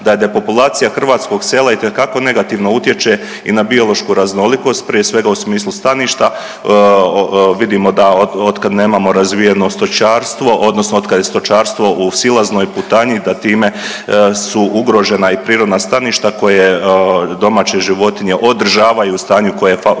da depopulacija hrvatskog sela itekako negativno utječe i na biološku raznolikost prije svega u smislu staništa, vidimo da otkad nemamo razvijeno stočarstvo odnosno od kad je stočarstvo u silaznoj putanji da time su ugrožena i prirodna staništa koje domaće životinje održavaju u stanju koje je